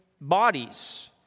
bodies